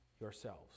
yourselves